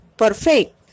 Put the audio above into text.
perfect